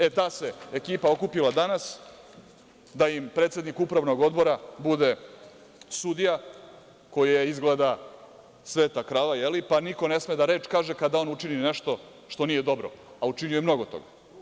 E, ta se ekipa okupila danas, da im predsednik Upravnog odbora bude sudija koja je izgleda sveta krava, pa niko ne sme reč da kaže kada on učini nešto što nije dobro, a učinio je mnogo toga.